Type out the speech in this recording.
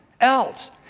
else